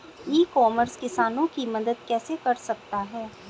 ई commerce किसानों की मदद कैसे कर सकता है?